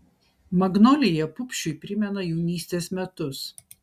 magnolija pupšiui primena jaunystės metus